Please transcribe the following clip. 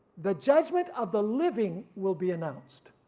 the judgment of the living will be announced